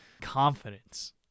confidence